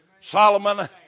Solomon